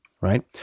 right